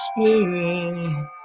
Spirit